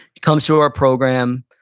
comes through our program,